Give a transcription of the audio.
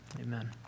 Amen